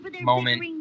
moment